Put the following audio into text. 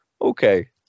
okay